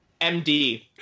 MD